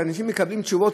כשאנשים מקבלים תשובות,